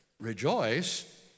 rejoice